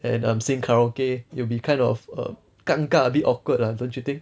and um singing karaoke you'll be kind of err 尴尬 a bit awkward lah don't you think